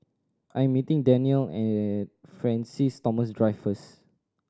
I'm meeting Danielle at Francis Thomas Drive first